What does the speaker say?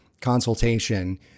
consultation